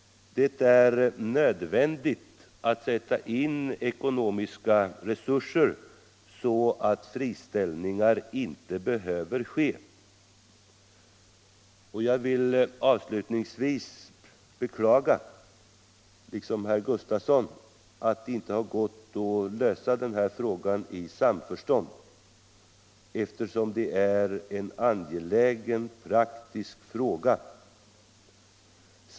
Det är nödvändigt att sätta in ekonomiska resurser, så att friställningar inte behöver företas. Liksom Sven Gustafson beklagar jag att det inte har gått att lösa denna fråga i samförstånd. Det är ju en angelägen, praktisk fråga.